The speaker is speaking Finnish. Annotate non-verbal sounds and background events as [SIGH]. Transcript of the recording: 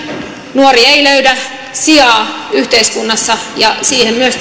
nuori ei löydä sijaa yhteiskunnassa ja siihen myös [UNINTELLIGIBLE]